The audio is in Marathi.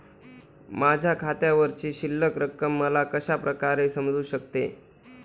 माझ्या खात्यावरची शिल्लक रक्कम मला कशा प्रकारे समजू शकते?